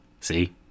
See